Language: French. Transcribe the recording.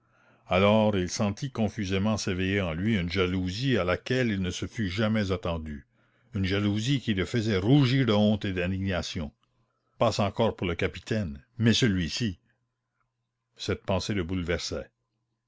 alors il sentit confusément s'éveiller en lui une jalousie à laquelle il ne se fût jamais attendu une jalousie qui le faisait rougir de honte et d'indignation passe encore pour le capitaine mais celui-ci cette pensée le bouleversait